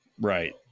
Right